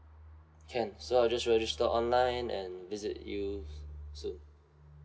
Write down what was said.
can so I'll just register online and visit you soon